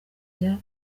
bya